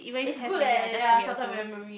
it's good leh ya short term memory